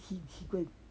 he he go and